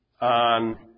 on